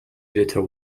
editor